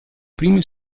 prime